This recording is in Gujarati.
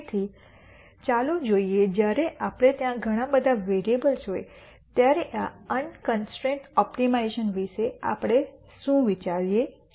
તેથી ચાલો જોઈએ જ્યારે આપણે ત્યાં ઘણા બધા વેરીએબલ્સ હોય ત્યારે આ અનકન્સ્ટ્રૈન્ટ ઓપ્ટિમાઇઝેશન વિશે આપણે શું વિચારીએ છીએ